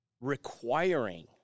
requiring